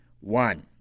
one